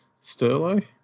Sterling